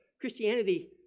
Christianity